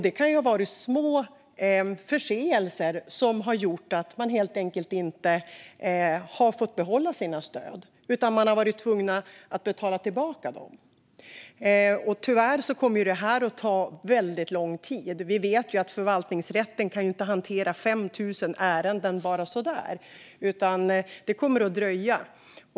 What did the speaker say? Det kunde handla om små förseelser som gjort att de inte hade fått behålla sina stöd utan varit tvungna att betala tillbaka dem. Tyvärr kommer det här att ta lång tid. Vi vet ju att förvaltningsrätten inte kan hantera 5 000 ärenden bara så där, utan det kommer att dröja.